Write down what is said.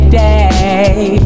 day